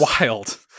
wild